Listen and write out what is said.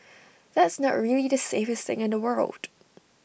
that's not really the safest thing in the world